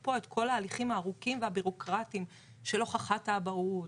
פה את כל ההליכים הארוכים והביורוקרטים של הוכחת האבהות,